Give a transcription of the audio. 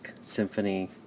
symphony